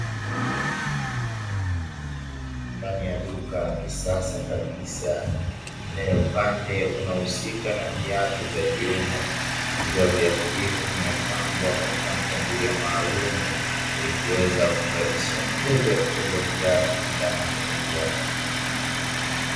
Ndani ya duka la kisasa kabisa lenye upande unaohusika na viatu vya kiume, vikiwa viatu hivyo vimepangwa katika mpangilio maalumu, ili kuweza kumrahisishia mteja kuchagua kiatu kulingana na mahitaji yake.